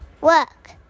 work